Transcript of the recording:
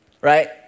right